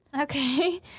Okay